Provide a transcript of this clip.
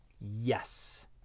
Yes